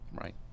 Right